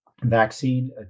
vaccine